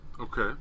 Okay